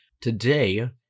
Today